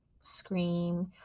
scream